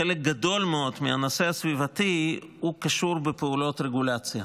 חלק גדול מאוד מהנושא הסביבתי קשור בפעולות רגולציה.